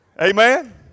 Amen